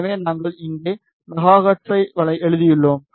எனவே நாங்கள் இங்கே மெகா ஹெர்ட்ஸ் ஐ எழுதியுள்ளோம்